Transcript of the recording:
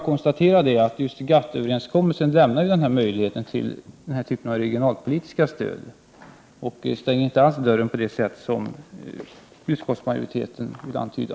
Jag konstaterar att GATT-överenskommelsen faktiskt lämnar möjlighet för denna typ av regionalpolitiskt stöd och inte alls stänger dörren på det sätt som utskottsmajoriteten vill antyda.